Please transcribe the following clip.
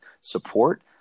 support